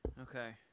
Okay